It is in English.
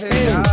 Hey